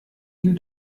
ihn